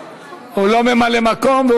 הוא יכול להיות ממלא מקום,